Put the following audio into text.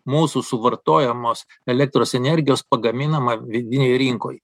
mūsų suvartojamos elektros energijos pagaminama vidinėj rinkoj